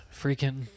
freaking